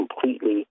completely